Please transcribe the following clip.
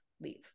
leave